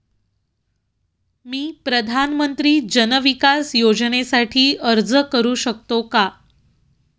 मी प्रधानमंत्री जन विकास योजनेसाठी अर्ज करू शकतो का?